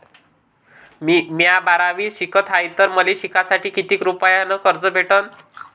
म्या बारावीत शिकत हाय तर मले शिकासाठी किती रुपयान कर्ज भेटन?